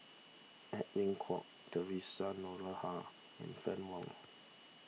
Edwin Koek theresa Noronha and Fann Wong